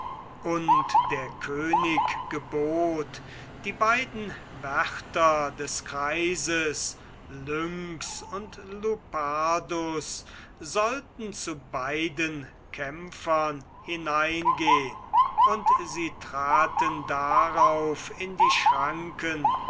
und der könig gebot die beiden wärter des kreises lynx und lupardus sollten zu beiden kämpfern hineingehn und sie traten darauf in die schranken